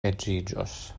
edziĝos